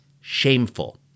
shameful